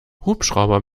hubschrauber